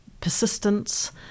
persistence